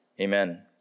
Amen